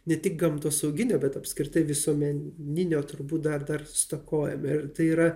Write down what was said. ne tik gamtosauginio bet apskritai visuomeninio turbūt da dar stokojame ir tai yra